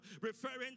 referring